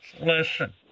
Listen